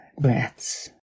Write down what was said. breaths